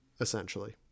Essentially